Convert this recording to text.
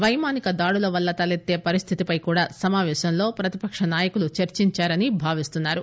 పైమానిక దాడుల వల్ల తలెత్తే పరిస్దితిపై కూడా సమాపేశంలో ప్రతిపక్ష నాయకులు చర్చించారని భావిస్తున్నారు